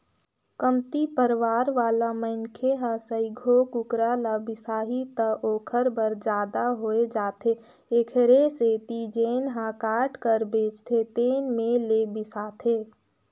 कमती परवार वाला मनखे ह सइघो कुकरा ल बिसाही त ओखर बर जादा हो जाथे एखरे सेती जेन ह काट कर बेचथे तेन में ले बिसाथे